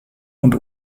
und